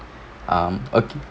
um okay